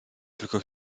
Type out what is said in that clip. tylko